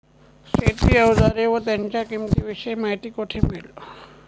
शेती औजारे व त्यांच्या किंमतीविषयी माहिती कोठे मिळेल?